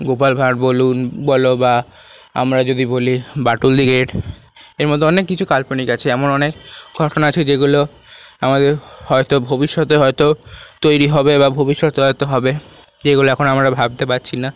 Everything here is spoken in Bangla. গোপাল ভাঁড় বলুন বলো বা আমরা যদি বলি বাঁটুল দি গ্রেট এর মধ্যে অনেক কিছু কাল্পনিক আছে এমন অনেক ঘটনা আছে যেগুলো আমাদের হয়তো ভবিষ্যতে হয়তো তৈরি হবে বা ভবিষ্যতে হয়তো হবে যেগুলো এখন আমরা ভাবতে পারছি না